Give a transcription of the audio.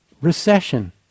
recession